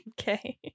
okay